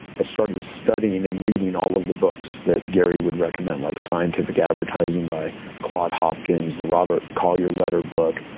i started studying and reading all of the books that gary would recommend, like scientific advertising by claude hopkins, the robert collier letter book,